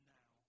now